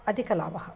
अधिकलाभः